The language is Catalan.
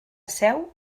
seu